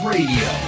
Radio